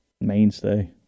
Mainstay